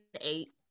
eight